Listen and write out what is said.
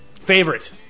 Favorite